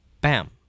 bam